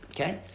Okay